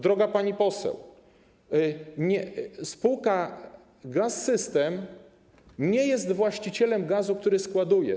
Droga pani poseł, spółka Gaz-System nie jest właścicielem gazu, który składuje.